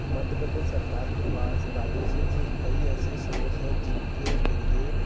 मध्य प्रदेश सरकार के पास राजस्व के कई ऐसे स्रोत हैं जिनके जरिए